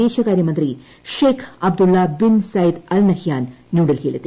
വിദേശകാര്യമന്ത്രി Sheikh Abdullah bin Zayed Al Nahyan ന്യൂഡൽഹിയിൽ എത്തി